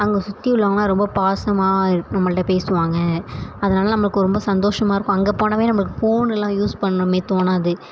அங்கே சுற்றி உள்ளவங்க ரொம்ப பாசமாக நம்மள்கிட்ட பேசுவாங்க அதனால நம்மளுக்கு ரொம்ப சந்தோஷமாக இருக்கும் அங்கே போனாலே நம்மளுக்கு ஃபோனெல்லாம் யூஸ் பண்ணும்னே தோணாது